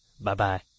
Bye-bye